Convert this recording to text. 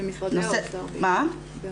מחלקות שלמות באוצר,